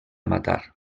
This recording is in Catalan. matar